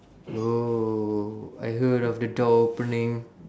oh I heard of the door opening